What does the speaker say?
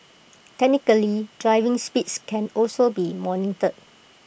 technically driving speeds can also be monitored